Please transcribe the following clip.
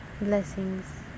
Blessings